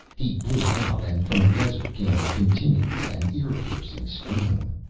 he blew it out and from the desert came a continuous and ear-piercing scream.